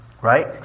right